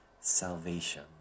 salvation